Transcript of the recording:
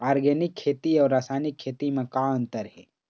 Organic खेती अउ रासायनिक खेती म का अंतर हे?